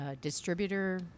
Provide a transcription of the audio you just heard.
distributor